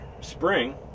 spring